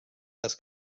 les